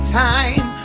time